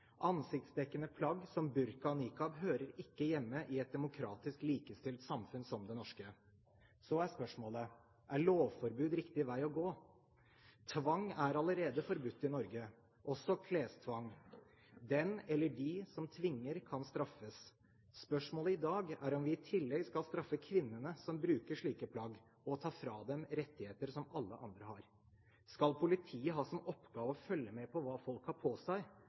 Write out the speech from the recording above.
Ansiktsdekkende plagg som burka og niqab hører ikke hjemme i et demokratisk likestilt samfunn som det norske. Så er spørsmålet: Er lovforbud riktig vei å gå? Tvang er allerede forbudt i Norge, også klestvang. Den eller de som tvinger, kan straffes. Spørsmålet i dag er om vi i tillegg skal straffe kvinnene som bruker slike plagg, og ta fra dem rettigheter som alle andre har. Skal politiet ha som oppgave å følge med på hva folk har på seg?